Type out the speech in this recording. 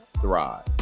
thrive